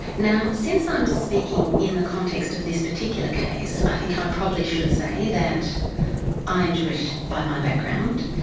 now since i'm um speaking in the context of this particular case, i think i probably should say that i am jewish by my background,